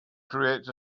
creates